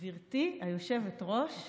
גברתי היושבת-ראש,